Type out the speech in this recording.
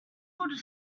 would